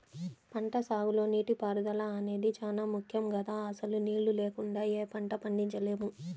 పంటసాగులో నీటిపారుదల అనేది చానా ముక్కెం గదా, అసలు నీళ్ళు లేకుండా యే పంటా పండించలేము